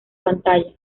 pantalla